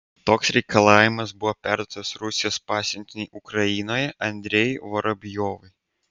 toks reikalavimas buvo perduotas rusijos pasiuntiniui ukrainoje andrejui vorobjovui